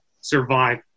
survive